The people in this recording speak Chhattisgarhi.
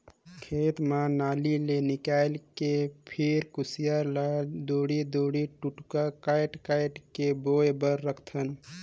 खेत म नाली ले निकायल के फिर खुसियार ल दूढ़ी दूढ़ी टुकड़ा कायट कायट के बोए बर राखथन